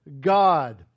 God